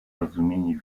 rozumienie